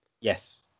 Yes